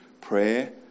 prayer